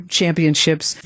championships